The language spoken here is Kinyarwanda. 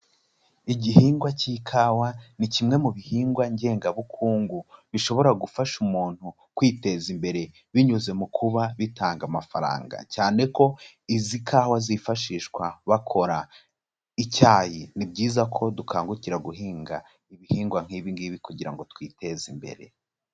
Igihingwa cy'ikawa ni kimwe mu bihingwa ngengabukungu bishobora gufasha umuntu kwiteza imbere binyuze mu kuba bitanga amafaranga, cyane ko izi kawa zifashishwa bakora icyayi, ni byiza ko dukangukira guhinga ibihingwa nk'ibi ngibi kugira ngo twiteze imbere.